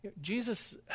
Jesus